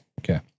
Okay